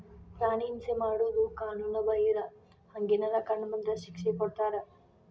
ಪ್ರಾಣಿ ಹಿಂಸೆ ಮಾಡುದು ಕಾನುನು ಬಾಹಿರ, ಹಂಗೆನರ ಕಂಡ ಬಂದ್ರ ಶಿಕ್ಷೆ ಕೊಡ್ತಾರ